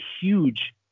huge